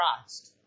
Christ